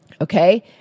Okay